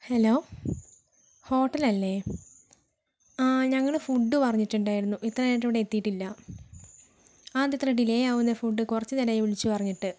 hello hotel അല്ലേ ഞങ്ങൾ food പറഞ്ഞിട്ടുണ്ടായിരുന്നു ഇത്രയും നേരമായിട്ട് ഇവിടെ എത്തിയിട്ടില്ല അതെന്താണ് ഇത്ര ഡിലേ ആവുന്നത് ഫുഡ് കുറച്ച് നേരമായി വിളിച്ച് പറഞ്ഞിട്ട്